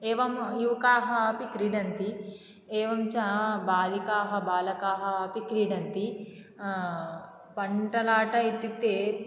एवं युवकाः अपि क्रीडन्ति एवं च बालिकाः बालकाः अपि क्रीडन्ति पण्टलाटा इत्युक्ते